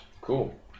Cool